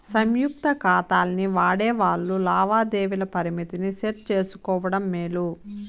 సంయుక్త కాతాల్ని వాడేవాల్లు లావాదేవీల పరిమితిని సెట్ చేసుకోవడం మేలు